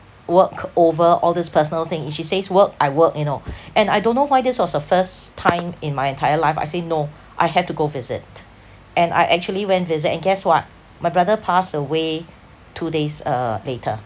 work over all this personal thing if she says work I work you know and I don't know why this was the first time in my entire life I say no I have to go visit and I actually went visit and guess what my brother passed away two days uh later